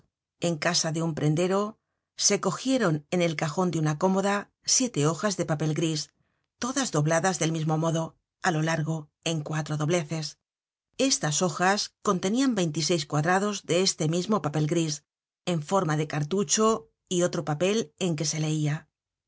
en casa de un prendero se cogieron en el cajon de una cómoda siete hojas de papel gris todas dobladas del mismo modo á lo largo en cuatro dobleces estas hojas contenían veintiseis cuadrados de este mismo papel gris en forma de cartucho y otro papel en que se leia